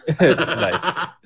Nice